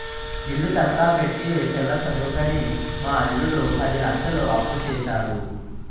ఇల్లు తనఖా పెట్టి పిల్ల సదువుకని మా అల్లుడు పది లచ్చలు అప్పుసేసాడు